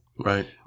Right